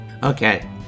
Okay